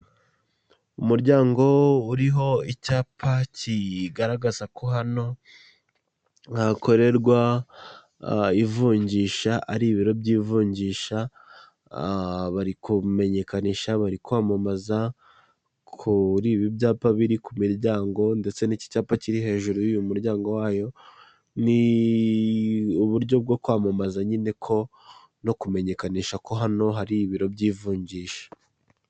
Umuryango uriho icyapa kigaragaza ko hano hakorerwa ivunjisha ari ibiro by'ivunjisha, barikumenyekanisha bari kwamamaza kuri ibi byapa biri ku miryango ndetse n'icyapa kiri hejuru y'uyu muryango wayo, ni uburyo bwo kwamamaza nyine ko no kumenyekanisha ko hano hari ibiro by'ivunjisha.